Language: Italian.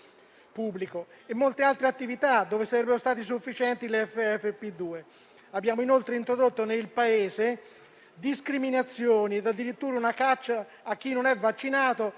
pubblico e a molte altre attività per cui sarebbero state sufficienti le FFP2. Abbiamo introdotto nel Paese discriminazioni e addirittura una caccia a chi non è vaccinato,